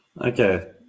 Okay